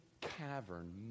cavern